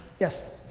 yes,